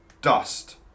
dust